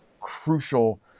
crucial